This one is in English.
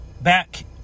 back